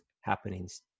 happenings